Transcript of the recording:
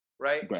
right